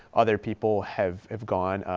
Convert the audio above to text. other people have have gone,